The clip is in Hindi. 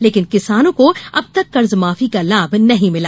लेकिन किसानों को अब तक कर्जमाफी का लाभ नहीं मिला